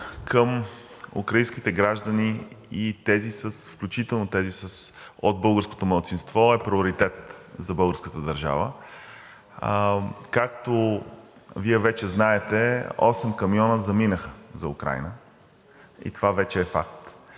към украинските граждани, включително тези от българското малцинство, е приоритет за българската държава. Както Вие вече знаете, осем камиона заминаха за Украйна и това вече е факт.